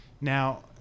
Now